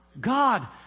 God